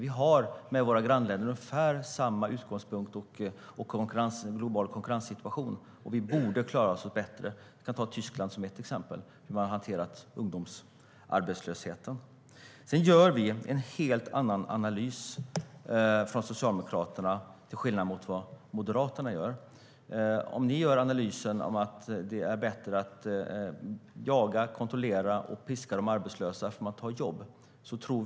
Vi har ungefär samma utgångspunkt och globala konkurrenssituation som våra grannländer. Vi borde klara oss bättre. Jag kan ta Tyskland som exempel på hur man kunnat hantera ungdomsarbetslösheten. Vi i Socialdemokraterna gör en helt annan analys än vad Moderaterna gör. Ni gör analysen att det är bättre att jaga, kontrollera och piska de arbetslösa att ta jobb.